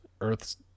Earth's